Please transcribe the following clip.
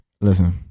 Listen